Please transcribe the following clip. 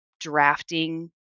drafting